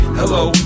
hello